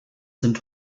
sind